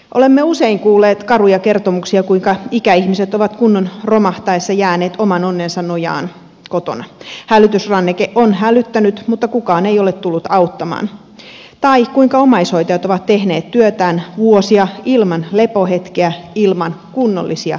olemme usein kuulleet karuja kertomuksia kuinka ikäihmiset ovat kunnon romahtaessa jääneet oman onnensa nojaan kotona hälytysranneke on hälyttänyt mutta kukaan ei ole tullut auttamaan tai kuinka omaishoitajat ovat tehneet työtään vuosia ilman lepohetkeä ilman kunnollisia yöunia